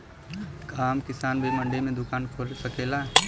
का आम किसान भी मंडी में दुकान खोल सकेला?